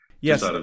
yes